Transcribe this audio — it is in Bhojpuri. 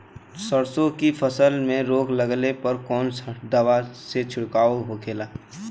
सरसों की फसल में रोग लगने पर कौन दवा के छिड़काव होखेला?